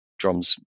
drums